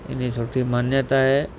इन जी सुठी मान्यता आए